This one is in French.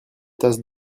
tasse